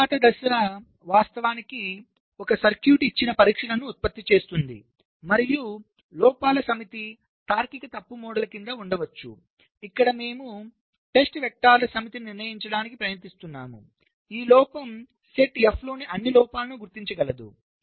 తరువాతి దశ వాస్తవానికి ఒక సర్క్యూట్ ఇచ్చిన పరీక్షలను ఉత్పత్తి చేస్తుంది మరియు లోపాల సమితి తార్కిక తప్పు మోడల్ క్రింద ఉండవచ్చు ఇక్కడ మేము పరీక్ష వెక్టర్ల సమితిని నిర్ణయించడానికి ప్రయత్నిస్తున్నాము ఈ లోపం సెట్ F లోని అన్ని లోపాలను గుర్తించగలదు